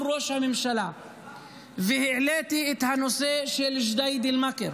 ראש הממשלה והעליתי את הנושא של ג'דיידה-אל-מכר.